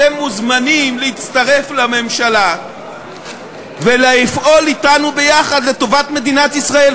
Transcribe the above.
אתם מוזמנים להצטרף לממשלה ולפעול אתנו ביחד לטובת מדינת ישראל,